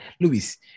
Luis